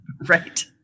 Right